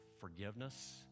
forgiveness